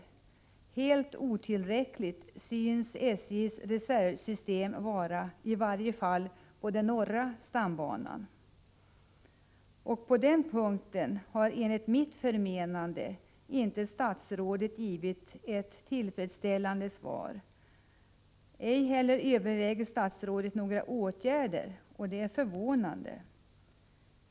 Helt otillräckligt synes SJ:s reservsystem vara, i varje fall på den norra stambanan. Och på den punkten har statsrådet enligt mitt förmenande inte givit ett tillfredsställande svar. Inte heller överväger statsrådet några åtgärder. Det är förvånande.